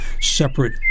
separate